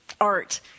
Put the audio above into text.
art